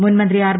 മുൻ മന്ത്രി ആർ